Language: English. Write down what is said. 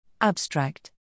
Abstract